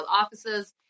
offices